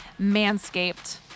Manscaped